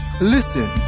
Listen